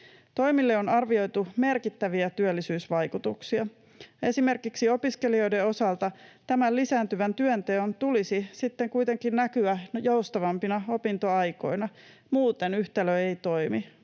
Toimille on arvioitu merkittäviä työllisyysvaikutuksia. Esimerkiksi opiskelijoiden osalta tämän lisääntyvän työnteon tulisi sitten kuitenkin näkyä joustavampina opintoaikoina, muuten yhtälö ei toimi,